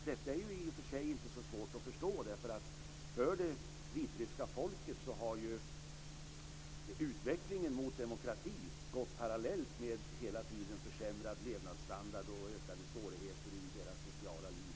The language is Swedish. Detta är ju i och för sig inte så svårt att förstå, därför att för det vitryska folket har ju utvecklingen mot demokrati hela tiden gått parallellt med försämrad levnadsstandard och ökade svårigheter i det sociala livet.